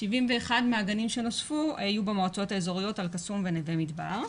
71 מהגנים שנוספו היו במועצות האזוריות אל קסום ונווה מדבר.